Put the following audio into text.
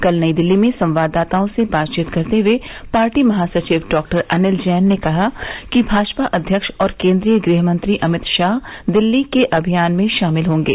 कल नई दिल्ली में संवाददाताओं से बातचीत करते हुए पार्टी महासचिव डॉक्टर अनिल जैन ने कहा कि भाजपा अध्यक्ष और केन्द्रीय गृहमंत्री अमित शाह दिल्ली के अभियान में शामिल होंगे